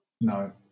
No